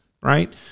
right